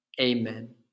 amen